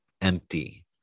empty